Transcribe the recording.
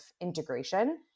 integration